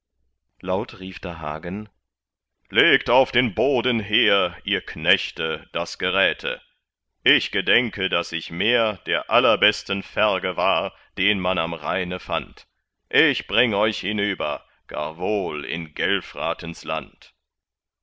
laut rief da hagen legt auf den boden her ihr knechte das geräte ich gedenke daß ich mehr der allerbeste ferge war den man am rheine fand ich bring euch hinüber gar wohl in gelfratens land